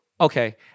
okay